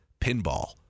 pinball